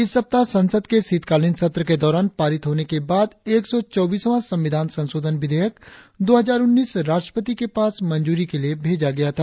इस सप्ताह संसद के शीतकालीन सत्र के दौरान पारित होने के बाद एक सौ चौबीसवां संविधान संशोधन विधेयक दो हजार उन्नीस राष्ट्रपति के पास मजूरी के लिए भेजा गया था